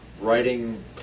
writing